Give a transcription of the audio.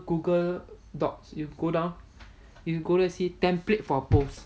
google doc you go down you go there see template for post